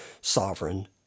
sovereign